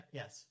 yes